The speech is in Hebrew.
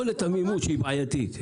יכולת המימוש בעייתית.